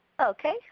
Okay